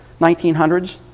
1900s